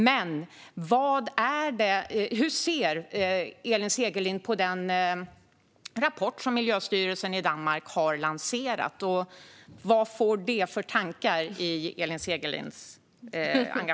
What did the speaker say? Men hur ser Elin Segerlind på den rapport som miljöstyrelsen i Danmark har lanserat? Vad får hon för tankar om detta?